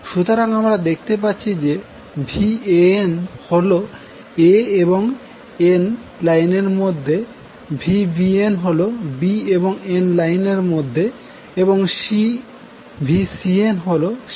সুতরাং আমরা দেখতে পাচ্ছি যে Vanহল a এবং n লাইনের মধ্যে Vbn হল b এবং n লাইনের মধ্যে এবং Vcn হল c এবং nলাইনের মধ্যে ভোল্টেজ